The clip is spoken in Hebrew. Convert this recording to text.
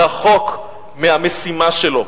רחוק מהמשימה שלו.